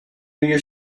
your